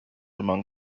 among